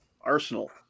Arsenal